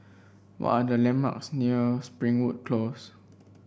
what are the landmarks near Springwood Close